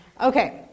Okay